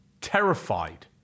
terrified